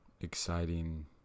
exciting